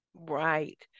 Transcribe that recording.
Right